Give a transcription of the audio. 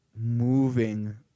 moving